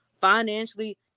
financially